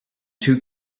two